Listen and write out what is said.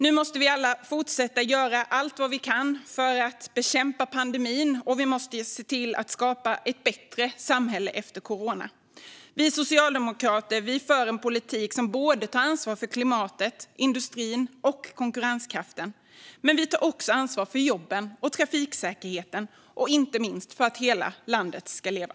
Nu måste vi fortsätta att göra allt vi kan för att bekämpa pandemin, och vi måste skapa ett bättre samhälle efter corona. Vi socialdemokrater för en politik som tar ansvar för klimatet, industrin och konkurrenskraften. Men vi tar också ansvar för jobben, trafiksäkerheten och inte minst för att hela landet ska leva.